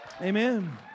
Amen